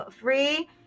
free